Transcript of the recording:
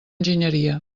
enginyeria